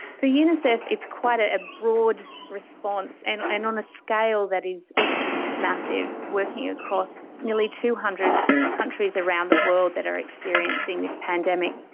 for unicef, it's quite a broad response, and and on a scale that is just massive, working across nearly two hundred countries around the world that are experiencing this pandemic.